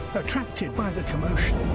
attracted by the commotion.